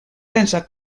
pensa